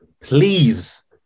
please